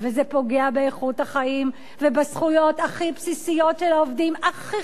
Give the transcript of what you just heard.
באיכות החיים ובזכויות הכי בסיסיות של העובדים הכי חלשים בחברה.